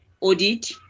audit